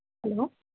hello